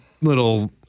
little